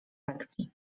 lekcji